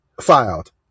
filed